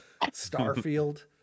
Starfield